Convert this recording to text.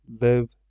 live